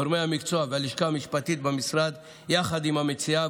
גורמי המקצוע והלשכה המשפטית במשרד יחד עם המציעה,